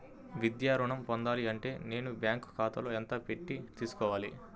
విద్యా ఋణం పొందాలి అంటే నేను బ్యాంకు ఖాతాలో ఎంత పెట్టి తీసుకోవాలి?